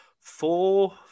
four